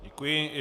Děkuji.